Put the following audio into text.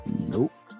Nope